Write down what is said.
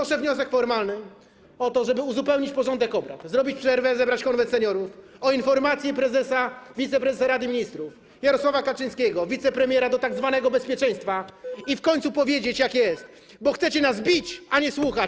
Składam wniosek formalny o to, żeby uzupełnić porządek obrad - zrobić przerwę, zebrać Konwent Seniorów - o informację wiceprezesa Rady Ministrów Jarosława Kaczyńskiego, wicepremiera do spraw tzw. bezpieczeństwa, i w końcu powiedzieć, jak jest, bo chcecie nas bić, a nie słuchać.